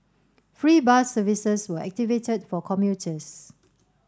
free bus services were activated for commuters